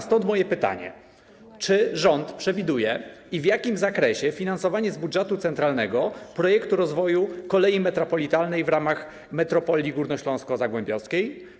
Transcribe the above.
Stąd moje pytanie: Czy rząd przewiduje, i w jakim zakresie, finansowanie z budżetu centralnego projektu rozwoju kolei metropolitalnej w ramach Górnośląsko-Zagłębiowskiej Metropolii?